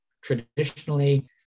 traditionally